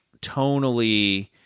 tonally